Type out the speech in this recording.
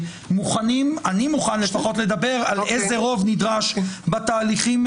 באופן אמיתי ואותנטי אני מת לדעת מה יש לו